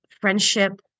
friendship